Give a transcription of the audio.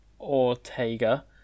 Ortega